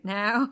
now